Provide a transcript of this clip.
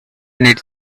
need